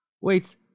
Wait